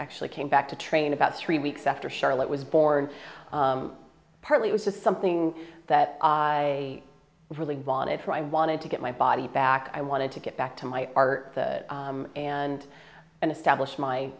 actually came back to train about three weeks after charlotte was born partly it was just something that i really wanted for i wanted to get my body back i wanted to get back to my art and and establish my